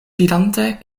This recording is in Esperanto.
vidante